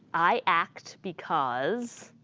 i act because.